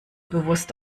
bewusst